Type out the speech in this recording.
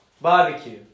barbecue